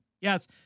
yes